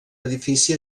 edifici